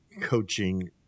coaching